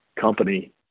company